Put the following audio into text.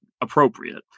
appropriate